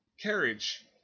carriage